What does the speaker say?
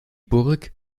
burg